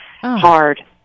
hard